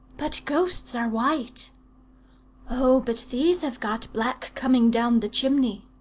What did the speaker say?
but ghosts are white oh! but these have got black coming down the chimney